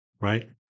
right